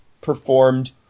performed